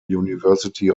university